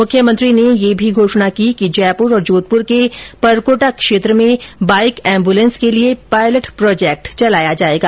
मुख्यमंत्री ने यह भी घोषणा की कि जयपुर और जोधपुर के परकोटा क्षेत्र में बाईक एम्बुलेंस के लिए पायलेट प्रोजेक्ट चलाया जायेगा